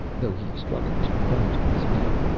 though he struggled to climb to his feet.